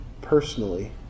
personally